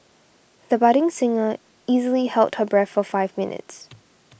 the budding singer easily held her breath for five minutes